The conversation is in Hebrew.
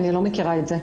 אני לא מכירה את זה.